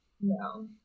no